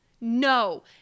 No